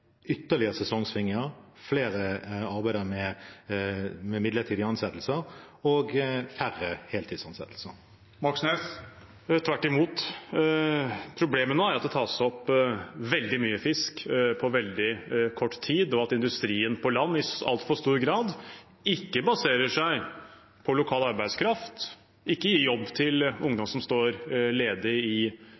ytterligere sesongsvingninger, flere arbeidere i midlertidige ansettelser og færre i heltidsansettelser? Tvert imot – problemet nå er at det tas opp veldig mye fisk på veldig kort tid, og at industrien på land i altfor stor grad ikke baserer seg på lokal arbeidskraft, ikke gir jobb til ungdom som er ledig i